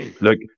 look